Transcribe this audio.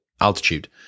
altitude